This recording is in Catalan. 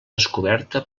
descoberta